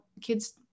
kids